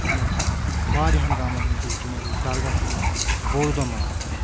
تَتہِ حظ چھِ آسان واریاہَن گامَن ہٕنٛدۍ جُمعہ دِتھ درگاہ چھُ یِوان بوٚڑ دۄہ مَناونہٕ